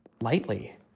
lightly